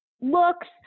looks